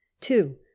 two